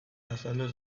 azaldu